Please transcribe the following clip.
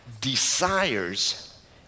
desires